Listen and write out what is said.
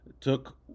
took